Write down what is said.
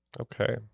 Okay